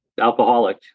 alcoholic